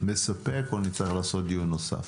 מספק או שנצטרך לעשות דיון נוסף.